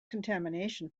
contamination